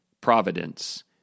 providence